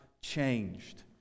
changed